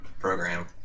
program